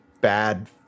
bad